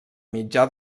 mitjà